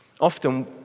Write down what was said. Often